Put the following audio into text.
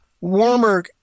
warmer